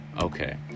Okay